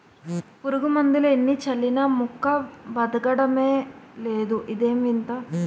పురుగుమందులు ఎన్ని చల్లినా మొక్క బదకడమే లేదు ఇదేం వింత?